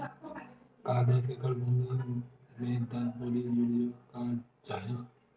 का दस एकड़ भुमि में दस बोरी यूरिया हो जाही?